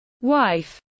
wife